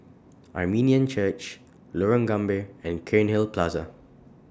Armenian Church Lorong Gambir and Cairnhill Plaza